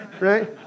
Right